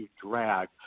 drag